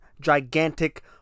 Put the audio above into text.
gigantic